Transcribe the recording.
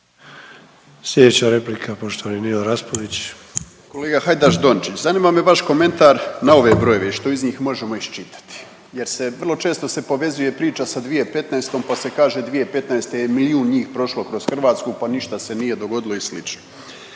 Slijedi replika poštovanog Nina Raspudića.